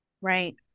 Right